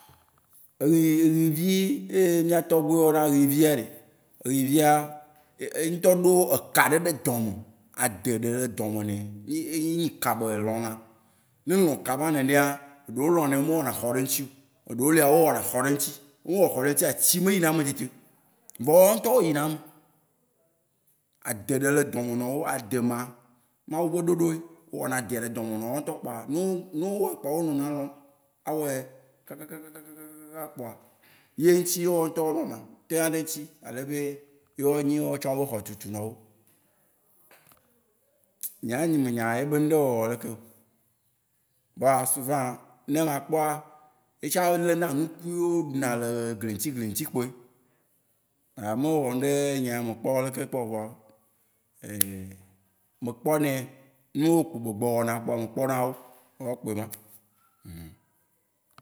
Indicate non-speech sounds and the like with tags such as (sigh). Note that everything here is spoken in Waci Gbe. Eyi, eyi vi eyie mía tɔgbui wó yɔna, eyivia ɖe, eyi via. eye ŋutɔ ɖo eka ɖe ɖe dɔme. Ade ɖe le dɔme ne. Eye nyi ka be lɔn na. Ne elɔn ka ma nenea, eɖewó elɔn nɛ mewɔ na xɔ ɖe eŋutsi oo. Eɖewó lia, wó wɔ na xɔ ɖe eŋutsi. Ne wó wɔ xɔ ɖe eŋutsi, etsi me yina eme tetio. Vɔa wóa wó ŋutɔ wó yina eme. Ade ɖe le dɔme na wó. Ade má, Mawu be ɖoɖo yee, ewɔ na adea ɖe dɔme na wóa ŋutɔ kpoa, ne wó wɔɛ kpoa wó nɔna elɔn, awɔe kaka kaka kaka kaka kaka kpoa, ye ŋutsi ye wóa ŋutɔ wó nɔna, ta na ɖe eŋutsi ale be ye nyi wóa tsã wóa be xɔ tutu na wó. Nyea nye me nya yebe nu ɖe wowɔ lekeo. Vɔa souvent, ne ma akpɔa, yetsã ele na nukui wó ɖuna le gli ŋutsi gli ŋutsi kpoe. (hesitation) me wɔ nu ɖe nyea me kpɔ leke kpɔ oo vɔ (hesitation) me kpɔ nɛ. Nu yio kpo be gbe wɔna kpoa, me kpɔ na wó. Wóa wó kpoe má. (hesitation)